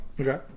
Okay